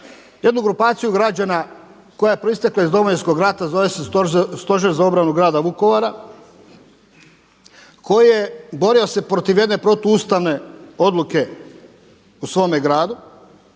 jednu grupaciju građana koja je proistekla iz Domovinskog rata. Zove se Stožer za obranu grada Vukovara koji je borio se protiv jedne protu ustavne odluke u svome gradu,